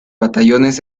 batallones